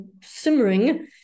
simmering